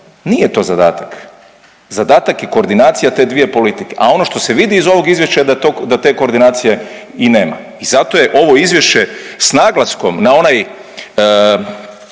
Nije to zadatak. Zadatak je koordinacija te dvije politike, a ono što se vidi iz ovog izvješća je da te koordinacije i nema. I zato je ovo izvješće s naglaskom na onaj